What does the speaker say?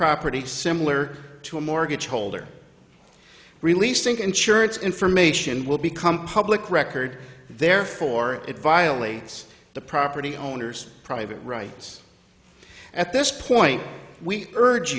property similar to a mortgage holder release think insurance information will become public record therefore it violates the property owner's private rights at this point we urge